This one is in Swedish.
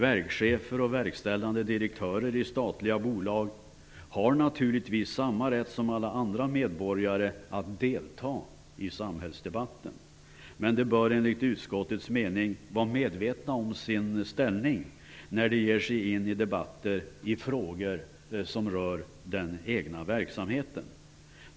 Verkschefer och verkställande direktörer i statliga bolag har naturligtvis samma rätt som alla andra medborgare att delta i samhällsdebatten. Men de bör, enligt utskottets mening, vara medvetna om sin ställning när de ger sig in i debatter om frågor som rör den egna verksamheten.